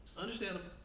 Understandable